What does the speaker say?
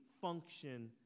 function